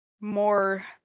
more